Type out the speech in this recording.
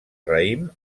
raïm